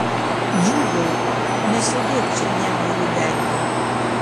džiūgauk nesėdėk čia niauriu veidu